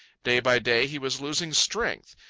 day by day he was losing strength.